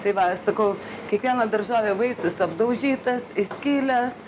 tai va sakau kiekviena daržovė vaisius apdaužytas įskilęs